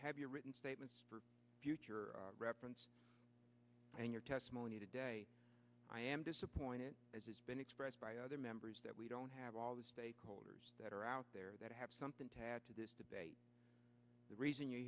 written statements for future reference and your testimony today i am disappointed as has been expressed by other members that we don't have all the stakeholders that are out there that have something to add to this debate the reason you're